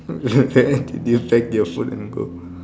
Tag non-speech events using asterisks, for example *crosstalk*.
*laughs* did you pack your food and go